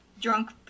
drunk